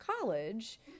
college